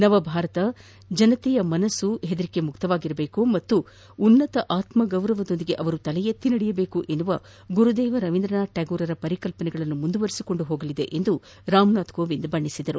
ನವ ಭಾರತವು ಜನರ ಮನಸ್ಪು ಹೆದರಿಕೆ ಮುಕ್ತವಾಗಿರಬೇಕು ಮತ್ತು ಉನ್ನತ ಆತ್ಮಗೌರವದೊಂದಿದೆ ಅವರು ತಲೆ ಎತ್ತಿ ನಡೆಯಬೇಕು ಎಂಬ ಗುರುದೇವ್ ರವೀಂದ್ರನಾಥ ಠಾಗೋರರ ಕಲ್ಪನೆಗಳನ್ನು ಮುಂದುವರಿಸಿಕೊಂಡು ಹೋಗಲಿದೆ ಎಂದು ರಾಮನಾಥ ಕೋವಿಂದ್ ಹೇಳಿದರು